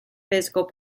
physical